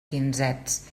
quinzets